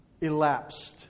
Elapsed